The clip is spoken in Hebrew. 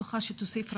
אני בטוחה שתוסיף רבות.